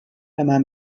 einmal